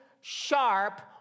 sharp